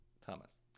Thomas